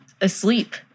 asleep